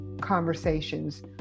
conversations